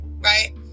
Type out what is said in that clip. right